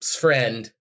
friend